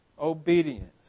obedience